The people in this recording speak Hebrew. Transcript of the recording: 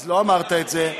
אז לא אמרת את זה.